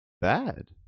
bad